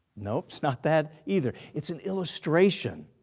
no it's not that either. it's an illustration.